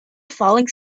falling